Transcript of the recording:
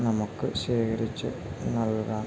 നമുക്ക് ശേഖരിച്ച് നൽകാം